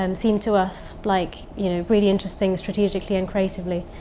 um seemed to us like you know, really interesting strategically and creatively.